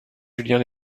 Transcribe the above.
julien